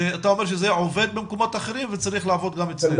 אתה אומר שזה עובד במקומות אחרים וצריך לעבוד גם אצלנו.